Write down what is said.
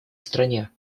стране